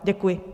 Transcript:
Děkuji.